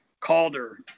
Calder